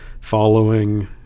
Following